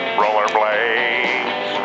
rollerblades